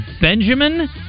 Benjamin